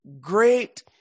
great